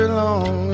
long